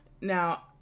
Now